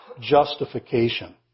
justification